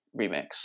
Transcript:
remix